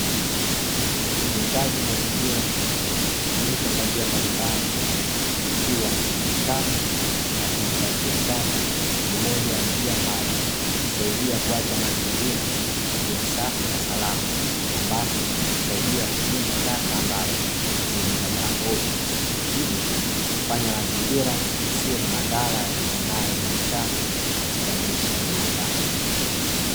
Utunzaji mazingira hufanyika kwa njia mbalimbali. Ikiwa, kikapu cha kuhifadhia taka ni moja ya njia ambayo husaidia kuacha mazingira yakiwa safi na salama, ambapo husaidia kutunza taka ambazo zinazagaa hovyo. Hivyo kufanya mazingira yasiwe na madhara yatokanayo na uchafu katika maisha ya binadamu.